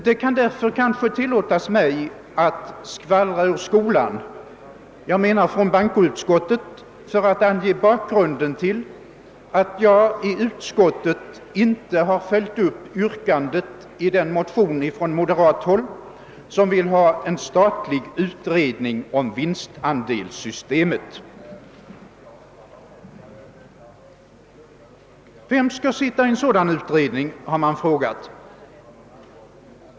Det kan kanske därför tillåtas mig att skvallra ur skolan — jag menar från bankoutskottet — för att ange bakgrunden till att jag i utskottet inte följt upp yrkandet i en motion från moderat håll om en statlig utredning angående vinstandelssystemet. Vem skall sitta i en sådan utredning? har man frågat.